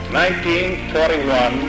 1941